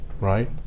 right